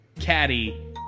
Caddy